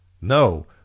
No